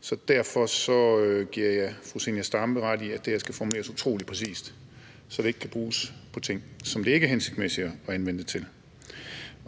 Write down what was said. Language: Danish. Så derfor giver jeg fru Zenia Stampe ret i, at det her skal formuleres utrolig præcist, så det ikke kan bruges på ting, som det ikke er hensigtsmæssigt at anvende det til.